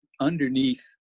underneath